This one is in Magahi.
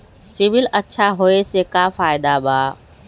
सिबिल अच्छा होऐ से का फायदा बा?